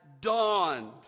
dawned